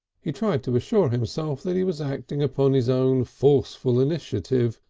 he tried to assure himself that he was acting upon his own forceful initiative,